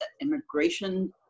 immigration